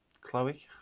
Chloe